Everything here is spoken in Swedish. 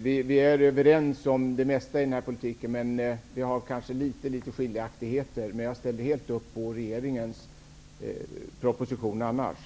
Vi är överens om det mesta i denna politik. Det föreligger kanske några skiljaktigheter. Jag ställer helt upp på regeringens proposition i övrigt.